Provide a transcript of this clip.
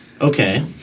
okay